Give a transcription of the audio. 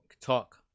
talk